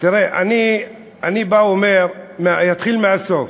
אני אתחיל מהסוף.